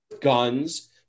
guns